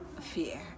fear